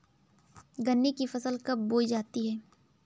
गन्ने की फसल कब बोई जाती है?